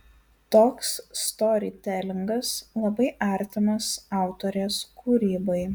toks storytelingas labai artimas autorės kūrybai